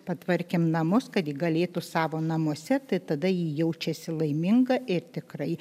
patvarkėm namus kad ji galėtų savo namuose tai tada ji jaučiasi laiminga ir tikrai